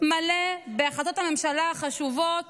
מלא בהחלטות הממשלה החשובות